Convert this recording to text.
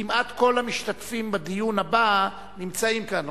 כמעט כל המשתתפים בדיון הבא נמצאים כאן,